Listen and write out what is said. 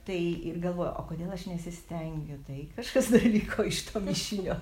tai ir galvoju o kodėl aš nesistengiu tai kažkas dar liko iš to mišinio